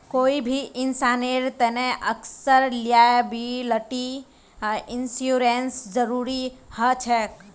कोई भी इंसानेर तने अक्सर लॉयबिलटी इंश्योरेंसेर जरूरी ह छेक